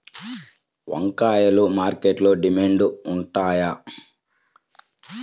వంకాయలు మార్కెట్లో డిమాండ్ ఉంటాయా?